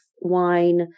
wine